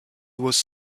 was